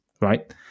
right